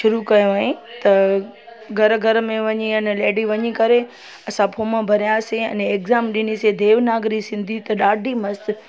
शुरू कयो हुआईं त घर घर मे वञी आहे न लेडी वञी करे असां फॉम भरियासीं आने एग्जाम ॾिनीसीं देवनागिरी सिंधी त ॾाढी मस्तु